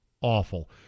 Awful